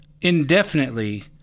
indefinitely